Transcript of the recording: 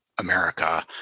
America